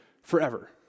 forever